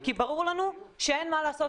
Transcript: כי ברור לנו שאין מה לעשות,